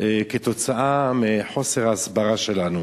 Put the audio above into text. כתוצאה מחוסר הסברה שלנו.